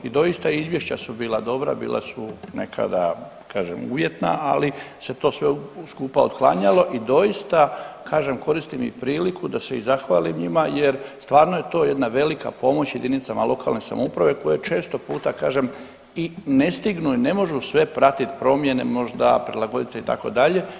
I doista izvješća su bila dobra, bila su nekada kažem uvjetna, ali se to sve skupa otklanjalo i doista, kažem koristim i priliku da se i zahvalim njima, jer stvarno je to jedna velika pomoć jedinicama lokalne samouprave koje često puta kažem i ne stignu, ne mogu sve pratit promjene, možda prilagodit se itd.